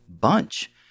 bunch